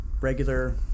regular